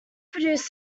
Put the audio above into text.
produced